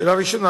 שאלה ראשונה,